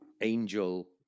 Angel